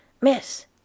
Miss